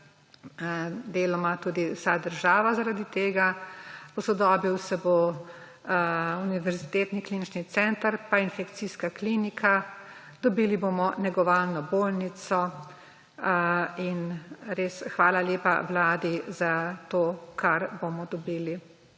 deloma pa tudi vsa država zaradi tega. Posodobil se bo Univerzitetni klinični center pa Infekcijska klinika. Dobili bomo negovalno bolnico in res hvala lepa vladi za to, kar bomo dobili.